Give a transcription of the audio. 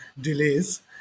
delays